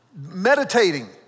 Meditating